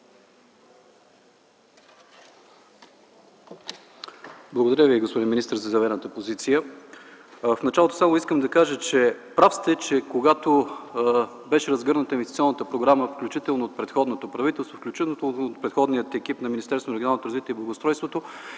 Благодаря Ви, господин министър, за заявената позиция. В началото само искам да кажа, че сте прав, че когато беше разгърната инвестиционната програма, включително от предходното правителство, включително от предходния екип на Министерството на регионалното развитие и благоустройството,